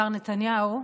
מר נתניהו,